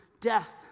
death